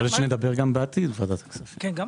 לא אמרתי שלא.